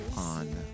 On